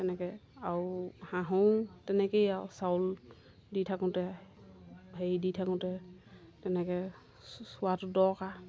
তেনেকৈ আৰু হাঁহো তেনেকৈয়ে আৰু চাউল দি থাকোঁতে হেৰি দি থাকোঁতে তেনেকৈ চোৱাটো দৰকাৰ